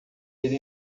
ele